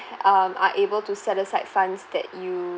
um are able to set aside funds that yo~